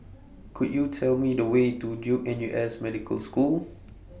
Could YOU Tell Me The Way to Duke N U S Medical School